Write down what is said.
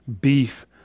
beef